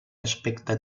aspecte